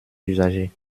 usagers